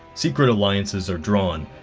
secret alliances are drawn.